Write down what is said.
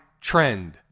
trend